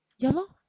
ya lor